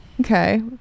Okay